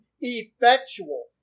effectual